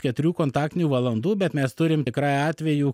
keturių kontaktinių valandų bet mes turim tikrai atvejų